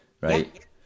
right